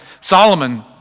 Solomon